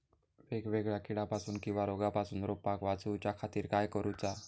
वेगवेगल्या किडीपासून किवा रोगापासून रोपाक वाचउच्या खातीर काय करूचा?